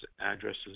addresses